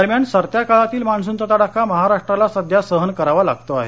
दरम्यान सरत्या काळातील मान्सूनचा तडाखा महाराष्ट्राला सध्या सहन करावा लागतो आहे